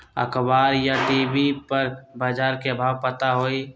अखबार या टी.वी पर बजार के भाव पता होई?